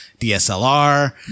DSLR